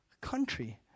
country